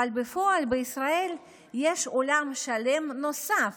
אבל בפועל בישראל יש עולם שלם נוסף